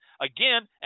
Again